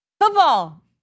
football